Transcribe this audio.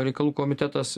reikalų komitetas